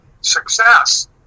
success